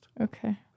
Okay